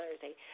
Thursday